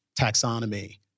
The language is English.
taxonomy